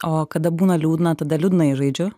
o kada būna liūdna tada liūdnai žaidžiu